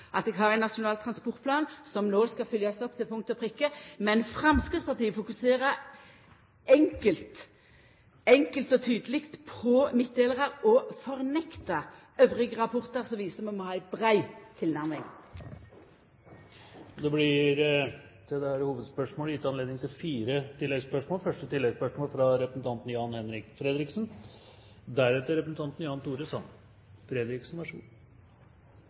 at vi har ein nasjonal transportplan som no skal følgjast opp til punkt og prikke. Men Framstegspartiet fokuserer enkelt og tydeleg på midtdelarar og fornektar andre rapportar som viser at vi må ha ei brei tilnærming. Det blir gitt anledning til fire oppfølgingsspørsmål – først fra representanten Jan-Henrik Fredriksen. Trygg Trafikks svenske søsterorganisasjon uttaler i en pressemelding 7. januar 2008: «75 procent av dödsfallen hade sannolikt kunnat undvikas om vägtransportsystemet varit så